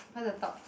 cause the top